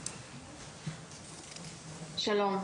שלום.